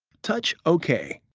touch ok.